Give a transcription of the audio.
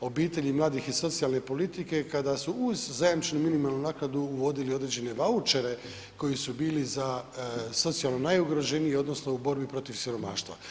obitelji, mladih i socijalne politike, kada su uz zajamčenu minimalnu naknadu uvodili određene vaučere koji su bili za socijalno najugroženije, odnosno u borbi protiv siromaštva.